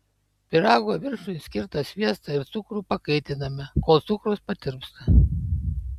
pyrago viršui skirtą sviestą ir cukrų pakaitiname kol cukrus patirpsta